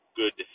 good